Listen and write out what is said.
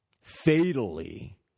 fatally